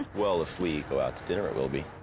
well, if we go out to dinner, it will be.